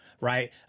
right